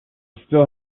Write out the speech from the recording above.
still